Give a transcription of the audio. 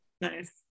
Nice